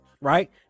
Right